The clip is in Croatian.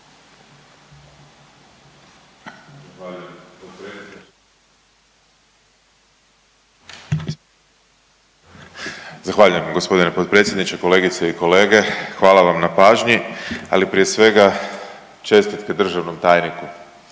Zahvaljujem gospodine potpredsjedniče. Kolegice i kolege, hvala vam na pažnji ali prije svega čestitke državnom tajniku.